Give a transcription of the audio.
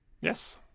Yes